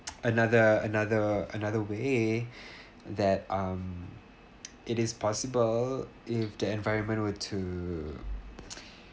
another another another way that um it is possible if the environment were to